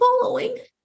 following